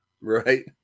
Right